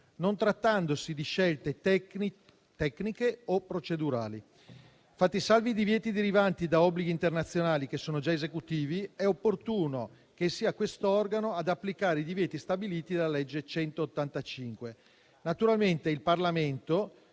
non trattandosi di scelte tecniche o procedurali. Fatti salvi i divieti derivanti da obblighi internazionali che sono già esecutivi, è opportuno che sia quest'organo ad applicare i divieti stabiliti dalla legge n. 185. Naturalmente, il Parlamento